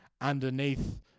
underneath